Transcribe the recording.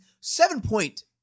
Seven-point